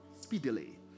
speedily